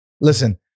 listen